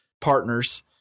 partners